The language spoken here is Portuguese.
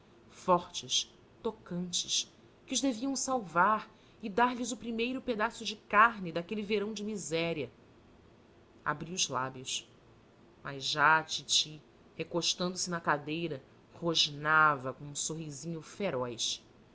fortes tocantes que os deviam salvar e dar-lhes o primeiro pedaço de carne daquele verão de miséria abri os lábios mas já a titi recostando se na cadeira rosnava com um sorrisinho feroz